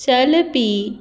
चलपी